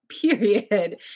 period